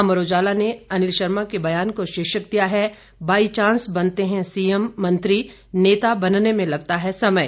अमर उजाला ने अनिल शर्मा के बयान को शीर्षक दिया है बाई चांस बनते हैं सीएम मंत्री नेता बनने में लगता है समय